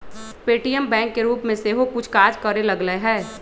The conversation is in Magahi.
पे.टी.एम बैंक के रूप में सेहो कुछ काज करे लगलै ह